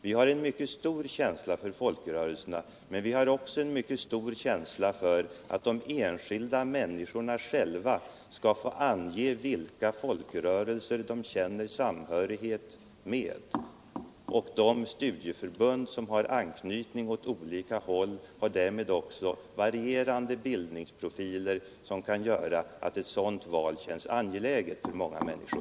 Vi har en mycket stark känsla för folkrörelserna, men vi har också en mycket stark känsla för att de enskilda människorna själva skall få ange vilka folkrörelser de känner samhörighet med. Studieförbunden har anknytning åt olika håll, och de har därmed också varierande bildningsprofiler. Det kan göra att ett sådant val känns angeläget för många människor.